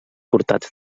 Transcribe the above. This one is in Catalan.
portats